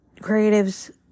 creatives